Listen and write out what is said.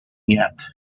yet